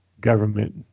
government